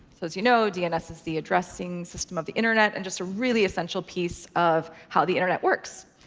so as you know, dns is the addressing system of the internet, and just a really essential piece of how the internet works.